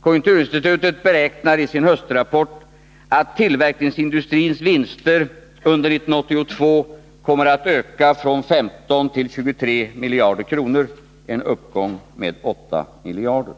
Konjunkturinstitutet beräknar i sin höstrapport att tillverkningsindustrins vinster under 1982 kommer att öka från 15 till 23 miljarder kronor, en uppgång med 8 miljarder.